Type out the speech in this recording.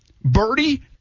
Birdie